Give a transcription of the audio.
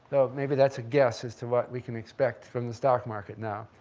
maybe that's a guess as to what we can expect from the stock market, now,